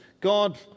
God